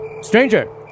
Stranger